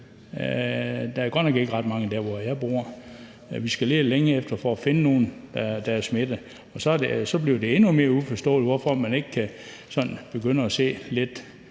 Der er godt nok ikke ret mange der, hvor jeg bor. Vi skal lede længe for at finde nogen, der er smittet. Og så bliver det endnu mere uforståeligt, hvorfor man ikke sådan kan begynde at se lidt